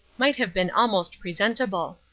might have been almost presentable.